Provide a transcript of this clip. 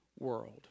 world